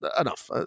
enough